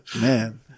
Man